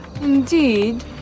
Indeed